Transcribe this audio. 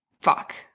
fuck